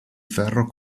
ferro